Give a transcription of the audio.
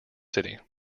city